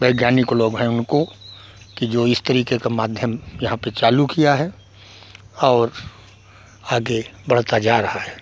वैज्ञानिक लोग हैं उनको कि जो इस तरीके का माध्यम यहाँ पर चालू किया है और आगे बढ़ता जा रहा है